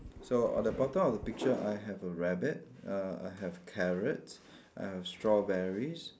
so on the bottom of the picture I have a rabbit uh I have carrots I have strawberries